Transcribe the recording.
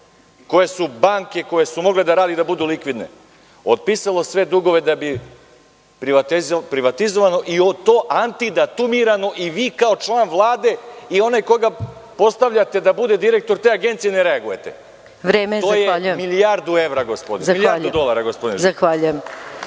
koje su banke koje su mogle da rade i da budu likvidne, otpisalo sve dugove da bi privatizovano i to antidatumirano i vi kao član Vlade i onaj koga postavljate da bude direktor te agencije ne reagujete? To je milijardu dolara. **Maja Gojković**